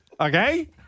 Okay